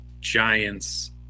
Giants